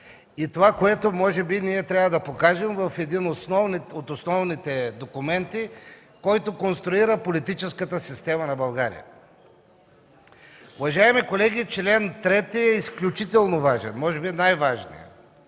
– това, което може би трябва да покажем в един от основните документи, който конструира политическата система на България. Уважаеми колеги, чл. 3 е изключително важен, може би е най-важният,